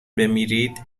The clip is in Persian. بمیرید